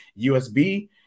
USB